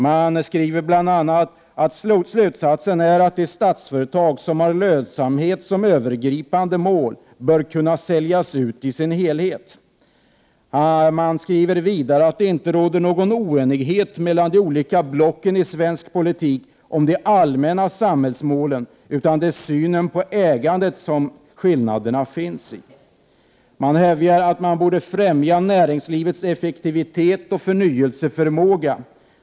Man skriver bl.a. att slutsatsen blir att de statsföretag som har lönsamhet som övergripande mål bör kunna säljas ut i sin helhet. Man skriver vidare att det inte råder någon oenighet mellan de olika blocken i svensk politik om de allmänna samhällsmålen, utan skillnaderna uppkommer när det gäller synen på ägandet. Det hävdas att man borde främja näringslivets effektivitet och förnyelseförmåga.